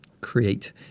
create